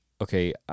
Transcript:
okay